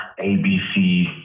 ABC